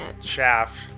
Shaft